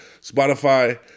Spotify